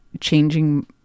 changing